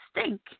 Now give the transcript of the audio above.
stink